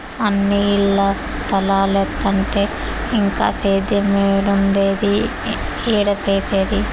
అన్నీ ఇల్ల స్తలాలైతంటే ఇంక సేద్యేమేడుండేది, ఏడ సేసేది